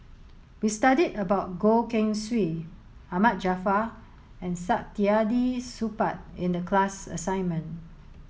we studied about Goh Keng Swee Ahmad Jaafar and Saktiandi Supaat in the class assignment